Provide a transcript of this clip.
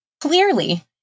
Clearly